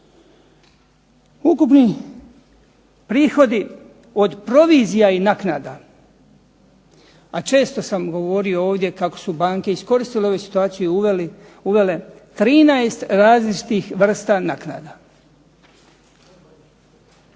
Ukupni prihodi od provizija i naknada a često sam govorio ovdje kako su banke iskoristile ovu situaciju i uvele 13 različitih vrsta naknada.